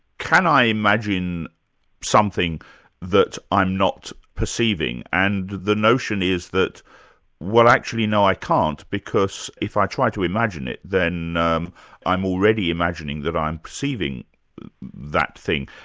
can i imagine something that i'm not perceiving, and the notion is that well actually no i can't because if i try to imagine it, then um i'm already imagining that i'm perceiving that thing.